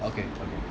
ah okay okay